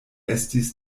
estis